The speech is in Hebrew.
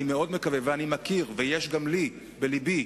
אני מאוד מקווה, אני מכיר, ויש גם לי, בלבי,